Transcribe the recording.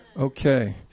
Okay